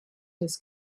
his